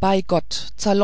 bei gott